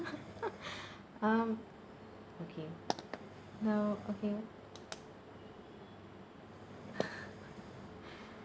um okay no okay